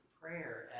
prayer